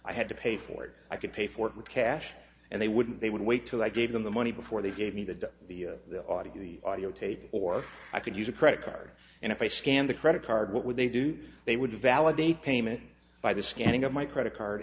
i had to pay for it i can pay for it with cash and they wouldn't they would wait till i gave them the money before they gave me the the the audi the audio tape or i could use a credit card and if i scanned the credit card what would they do they would validate payment by the scanning of my credit card